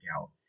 out